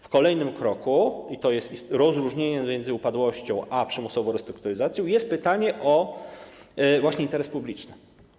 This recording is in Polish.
W kolejnym kroku - i to jest rozróżnienie między upadłością a przymusową restrukturyzacją - należy postawić pytanie o interes publiczny.